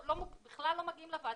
בכלל לא מגיעים לוועדה.